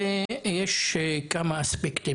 כמה היבטים.